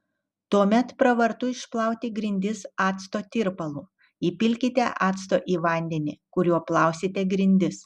tuomet pravartu išplauti grindis acto tirpalu įpilkite acto į vandenį kuriuo plausite grindis